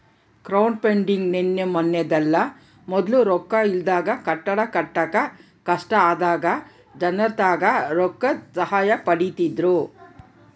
crowdfunding ನಿನ್ನೆ ಮನ್ನೆದಲ್ಲ, ಮೊದ್ಲು ರೊಕ್ಕ ಇಲ್ದಾಗ ಕಟ್ಟಡ ಕಟ್ಟಾಕ ಕಷ್ಟ ಆದಾಗ ಜನರ್ತಾಕ ರೊಕ್ಕುದ್ ಸಹಾಯ ಪಡೀತಿದ್ರು